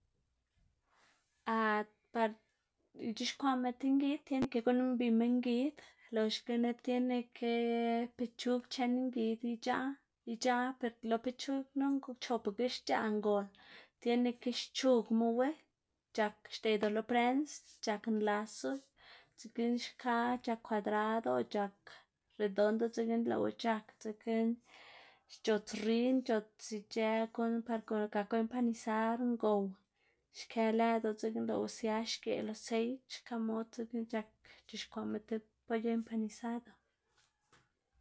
par ic̲h̲ixkwaꞌma ti ngid tiene ke guꞌnn mbima ngid loxgana tiene ke pechug chen ngid ic̲h̲aꞌ, ic̲h̲aꞌ per lo pechug knu chopugo xc̲h̲aꞌ ngol tiene ke xchugmuwu c̲h̲ak xdedu lo prens c̲h̲ak nlasu, dzekna xka c̲h̲ak kwadrado o c̲h̲ak redondo dzekna lëꞌwu c̲h̲ak dzekna c̲h̲ots rin c̲h̲ots ic̲h̲ë guꞌn par gaku mpanizar ngow xkë lëdu dzekna lëꞌwu sia xgeꞌ, xka mod dzekna c̲h̲ak c̲h̲ixkwaꞌma tib poyo enpanizado.